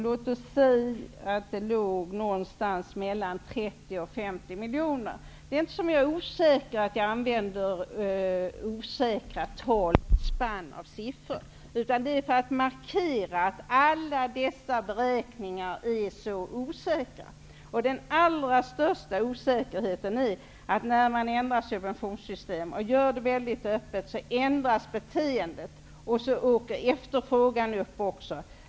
Låt oss säga att det låg någonstans mellan 30 och 50 miljoner kronor. Det är ett osäkert spann av siffror. Det är för att markera att alla dessa beräkningar är så osäkra. Den allra största osäkerheten beror på att när subventionssystemet ändras, ändras beteendet och därmed ökar efterfrågan.